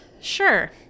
Sure